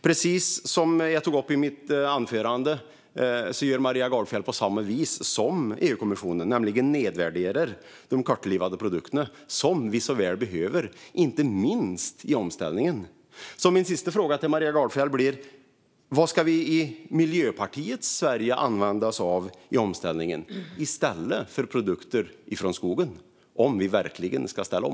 Precis som jag tog upp i mitt anförande gör Maria Gardfjell på samma sätt som EU-kommissionen, nämligen nedvärderar de kortlivade produkterna som vi så väl behöver, inte minst i omställningen. Vad ska vi i Miljöpartiets Sverige använda oss av i omställningen i stället för produkter från skogen, om vi verkligen ska ställa om?